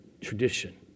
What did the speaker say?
tradition